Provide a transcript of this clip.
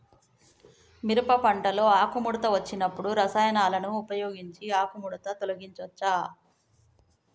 మిరప పంటలో ఆకుముడత వచ్చినప్పుడు రసాయనాలను ఉపయోగించి ఆకుముడత తొలగించచ్చా?